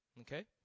Okay